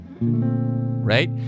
Right